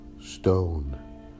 stone